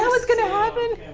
that what's going to happen?